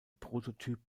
prototyp